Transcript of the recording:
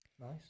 nice